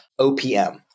OPM